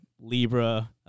Libra